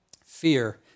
fear